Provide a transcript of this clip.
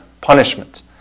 punishment